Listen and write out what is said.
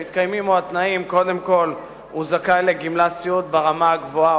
שמתקיימים התנאים: קודם כול הוא זכאי לגמלת סיעוד ברמה הגבוהה,